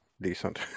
decent